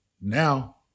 Now